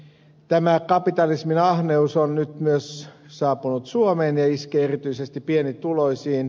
tämä kapitalismin ahneus on nyt myös saapunut suomeen ja iskee erityisesti pienituloisiin